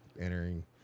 entering